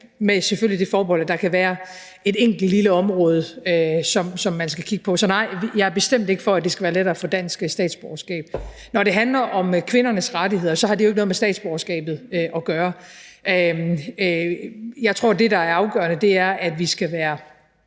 mere, selvfølgelig med det forbehold, at der kan være et enkelt lille område, som man skal kigge på. Så nej, jeg er bestemt ikke for, at det skal være lettere at få dansk statsborgerskab. Når det handler om kvindernes rettigheder, har det jo ikke noget med statsborgerskabet at gøre. Jeg tror, at det, der er afgørende, er, at vi skal være